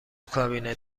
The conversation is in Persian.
کابینت